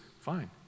fine